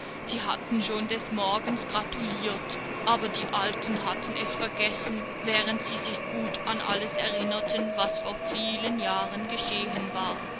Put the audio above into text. sie hatten schon des morgens gratulirt aber die alten hatten es vergessen während sie sich gut an alles erinnerten was vor vielen jahren geschehen war